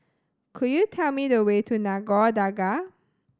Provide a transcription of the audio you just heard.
could you tell me the way to Nagore Dargah